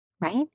Right